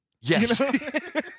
Yes